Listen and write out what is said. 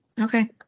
Okay